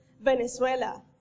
Venezuela